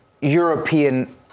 European